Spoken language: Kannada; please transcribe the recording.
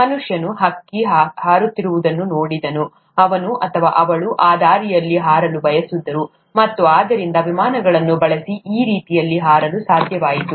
ಮನುಷ್ಯನು ಹಕ್ಕಿ ಹಾರುತ್ತಿರುವುದನ್ನು ನೋಡಿದನು ಅವನು ಅಥವಾ ಅವಳು ಆ ದಾರಿಯಲ್ಲಿ ಹಾರಲು ಬಯಸಿದ್ದರು ಮತ್ತು ಆದ್ದರಿಂದ ವಿಮಾನಗಳನ್ನು ಬಳಸಿ ಆ ರೀತಿಯಲ್ಲಿ ಹಾರಲು ಸಾಧ್ಯವಾಯಿತು